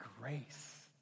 grace